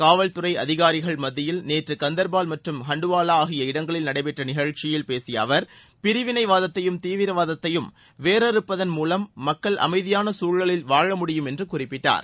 காவல்துறை அதிகாரிகள் மத்தியில் நேற்று கந்தர்பால் மற்றும் ஹண்டுவாலா அகிய இடங்களில் நடைபெற்ற நிகழ்ச்சியில் பேசிய அவர் பிரிவினைவாதத்தையும் தீவிரவாதத்தையும் வேரறுப்பதன் மூலம் மக்கள் அமைதியான சூழலில் வாழமுடியும் என்று அவர் குறிப்பிட்டார்